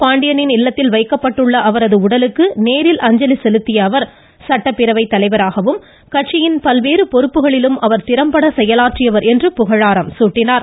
பாண்டியனின் இல்லத்தில் வைக்கப்பட்டுள்ள அவரது உடலுக்கு நேரில் அஞ்சலி செலுத்திய அவர் சட்டப்பேரவைத் தலைவராகவும் கட்சியின் பல்வேறு பொறுப்புகளிலும் அவர் திறம்பட செயலாற்றியவர் என்று புகழாரம் சூட்டினார்